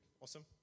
awesome